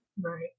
Right